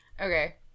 Okay